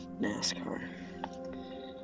NASCAR